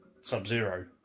sub-zero